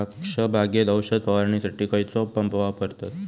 द्राक्ष बागेत औषध फवारणीसाठी खैयचो पंप वापरतत?